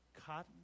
cotton